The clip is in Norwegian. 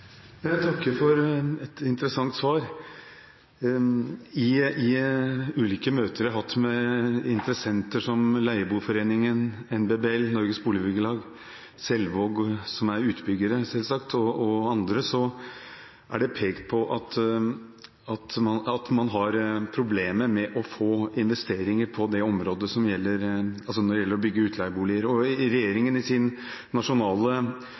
Jeg takker for et interessant svar. I ulike møter jeg har hatt med interessenter som Leieboerforeningen, Norske Boligbyggelag, NBBL, Selvaag, som er utbyggere selvsagt, og andre, er det pekt på at man har problemer med å få investeringer når det gjelder å bygge utleieboliger. Regjeringen sier i sin nasjonale